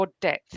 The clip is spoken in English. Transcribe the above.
depth